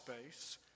space